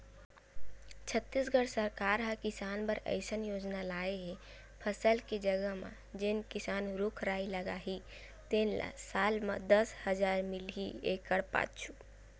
छत्तीसगढ़ सरकार ह किसान बर अइसन योजना लाए हे फसल के जघा म जेन किसान रूख राई लगाही तेन ल साल म दस हजार मिलही एकड़ पाछू